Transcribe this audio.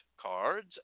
cards